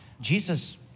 Jesus